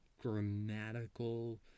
grammatical